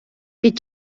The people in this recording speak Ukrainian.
під